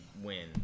win